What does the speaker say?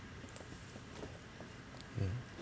mm